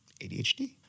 ADHD